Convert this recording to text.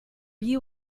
you